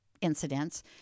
incidents